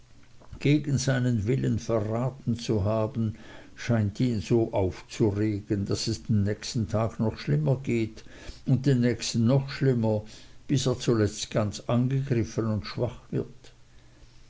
gegen seinen willen verraten zu haben scheint ihn so aufzuregen daß es den nächsten tag noch schlimmer geht und den nächsten noch schlimmer bis er zuletzt ganz angegriffen und schwach wird